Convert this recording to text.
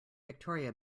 victoria